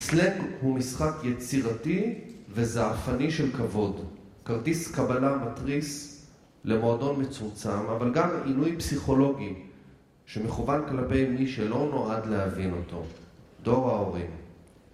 סלאק הוא משחק יצירתי וזעפני של כבוד, כרטיס קבלה מתריס למועדון מצומצם, אבל גם עינוי פסיכולוגי, שמכוון כלפי מי שלא נועד להבין אותו. דור ההורים.